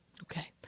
Okay